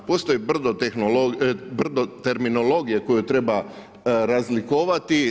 Postoji brdo terminologije koju treba razlikovati.